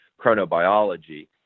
chronobiology